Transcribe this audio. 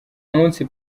munsi